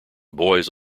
boys